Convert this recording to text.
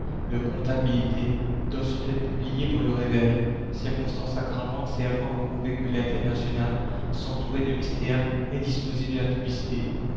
leur comptabilité dans une lettre publiée par le réveil circonstance aggravante servant à prouver que l'internationale s'entourait de mystères et disposait de la publicité